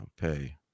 Pay